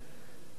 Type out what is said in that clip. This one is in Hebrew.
אני שואל: